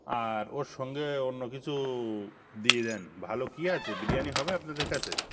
আর ওর সঙ্গে অন্য কিছু দিয়ে দেন ভালো কি আছে বিরিয়ানি হবে আপনাদের কাছে